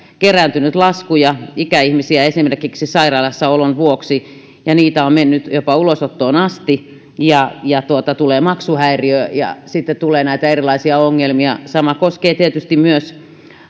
kerääntynyt laskuja esimerkiksi ikäihmisille sairaalassaolon vuoksi ja niitä on mennyt jopa ulosottoon asti ja ja tulee maksuhäiriö ja sitten tulee näitä erilaisia ongelmia sama koskee tietysti myös